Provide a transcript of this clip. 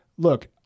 Look